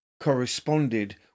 corresponded